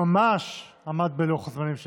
שממש עמד בלוח הזמנים שהקצבנו.